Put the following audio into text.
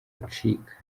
ucika